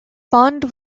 bond